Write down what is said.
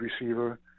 receiver